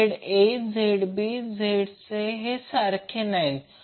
जे ZA ZB ZC हे सारखे नाहीत